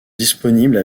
disponibles